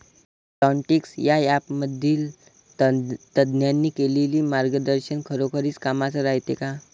Plantix या ॲपमधील तज्ज्ञांनी केलेली मार्गदर्शन खरोखरीच कामाचं रायते का?